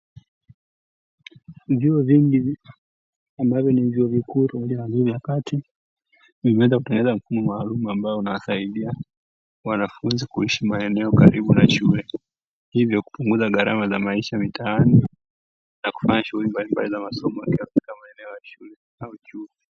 Vyuo vingi ambavyo ni vyuo vikuu pamoja na vyuo vya kati, vimeweza kutengeneza mfumo maalumu, ambao unawasaidia wanafunzi kuishi maeneo karibu na shule, hivyo kupunguza gharama za maisha mitaani na kufanya shughuli mbalimbali za masomo wakiwa katika maeneo ya shule au chuo.